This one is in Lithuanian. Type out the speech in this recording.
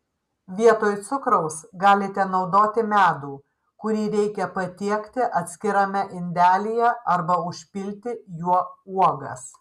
vietoj cukraus galite naudoti medų kurį reikia patiekti atskirame indelyje arba užpilti juo uogas